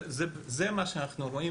זה מה שאנחנו רואים